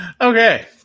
okay